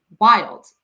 wild